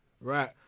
right